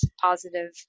positive